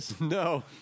No